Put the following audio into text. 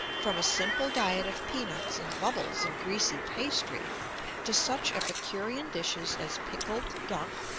from a simple diet of peanuts and bubbles of greasy pastry to such epicurean dishes as pickled duck,